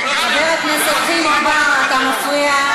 חבר הכנסת, נא לא להפריע.